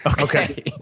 okay